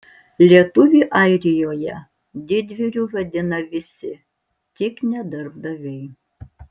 lietuvį airijoje didvyriu vadina visi tik ne darbdaviai